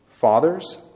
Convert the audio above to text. fathers